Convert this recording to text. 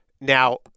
Now